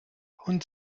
und